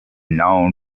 known